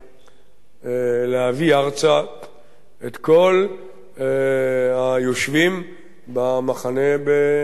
להביא ארצה את כל היושבים במחנה בגונדר.